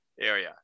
area